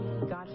God